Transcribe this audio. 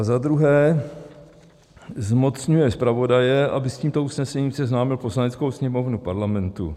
2. zmocňuje zpravodaje, aby s tímto usnesením seznámil Poslaneckou sněmovnu Parlamentu.